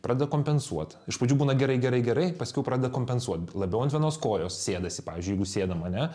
pradeda kompensuot iš pradžių būna gerai gerai gerai paskiau pradeda kompensuot labiau ant vienos kojos sėdasi pavyzdžiui jeigu sėdam ane